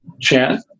chant